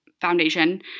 foundation